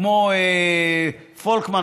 כמו פולקמן,